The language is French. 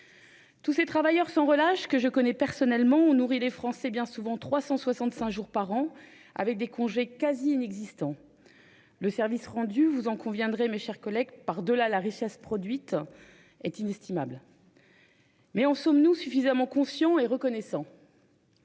Tous ces travailleurs sans relâche, que je connais personnellement, ont nourri les Français bien souvent 365 jours par an, avec des congés quasi inexistants. Le service rendu, vous en conviendrez, mes chers collègues, au-delà de la richesse produite, est inestimable. En sommes-nous suffisamment conscients et reconnaissants ?